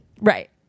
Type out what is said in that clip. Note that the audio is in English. right